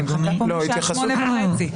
אני מחכה פה משעה שמונה וחצי.